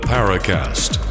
Paracast